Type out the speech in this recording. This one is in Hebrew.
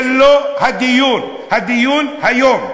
זה לא הדיון היום.